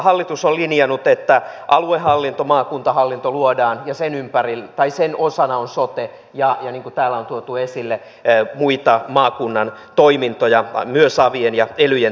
hallitus on linjannut että aluehallinto maakuntahallinto luodaan ja sen osana on sote ja niin kuin täällä on tuotu esille muita maakunnan toimintoja myös avien ja elyjen tiettyjä toimintoja